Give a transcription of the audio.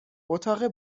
اتاق